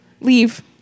Leave